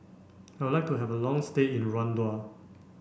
I would like to have a long stay in Rwanda